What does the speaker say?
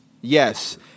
Yes